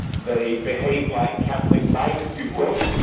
they behave like catholic-like, if you will,